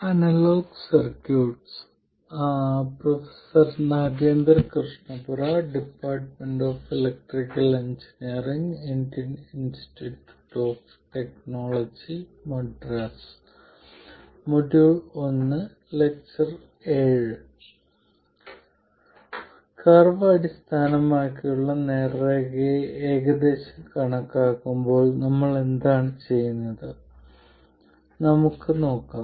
അതിനാൽ കർവ് അടിസ്ഥാനമാക്കിയുള്ള നേർരേഖയെ ഏകദേശം കണക്കാക്കുമ്പോൾ നമ്മൾ എന്താണ് ചെയ്യുന്നത് അതിനാൽ നമുക്ക് നോക്കാം